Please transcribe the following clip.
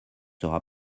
sera